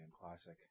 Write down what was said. classic